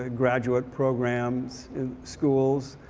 ah graduate programs schools.